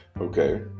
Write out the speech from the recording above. Okay